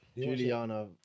Juliana